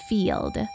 Field